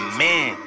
man